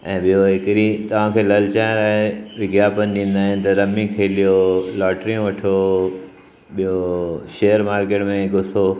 ऐं ॿियो हिकिड़ी तव्हांखे ललचाइण विज्ञापन ईंदा आहिनि त रमी खेलियो लॉटरियूं वठो ॿियो शेयर मार्केट में घुसो